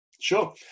Sure